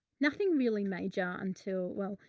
nothing really major until, well,